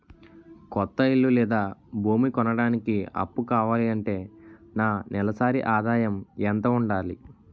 కొత్త ఇల్లు లేదా భూమి కొనడానికి అప్పు కావాలి అంటే నా నెలసరి ఆదాయం ఎంత ఉండాలి?